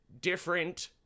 different